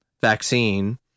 vaccine